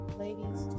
ladies